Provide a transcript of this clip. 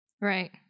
Right